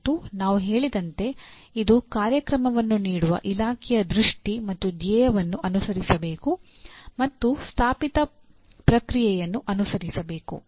ಮತ್ತು ನಾವು ಹೇಳಿದಂತೆ ಇದು ಕಾರ್ಯಕ್ರಮವನ್ನು ನೀಡುವ ಇಲಾಖೆಯ ದೃಷ್ಟಿ ಮತ್ತು ಧ್ಯೇಯವನ್ನು ಅನುಸರಿಸಬೇಕು ಮತ್ತು ಸ್ಥಾಪಿತ ಪ್ರಕ್ರಿಯೆಯನ್ನು ಅನುಸರಿಸಬೇಕು